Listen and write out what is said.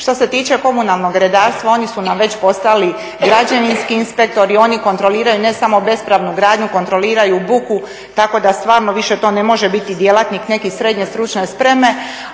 Što se tiče komunalnog redarstva oni su nam već postali građevinski inspektor i oni kontroliraju ne samo bespravnu gradnju, kontroliraju buku, tako da stvarno više to ne može biti djelatnik neki srednje stručne spreme.